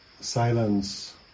silence